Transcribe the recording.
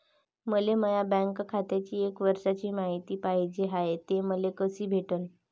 मले माया बँक खात्याची एक वर्षाची मायती पाहिजे हाय, ते मले कसी भेटनं?